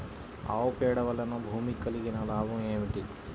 ఆవు పేడ వలన భూమికి కలిగిన లాభం ఏమిటి?